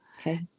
Okay